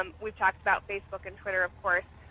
um we've talked about facebook and twitter, of course.